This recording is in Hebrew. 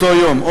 ב-13 באוקטובר,